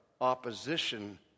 opposition